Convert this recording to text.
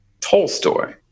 Tolstoy